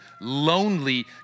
lonely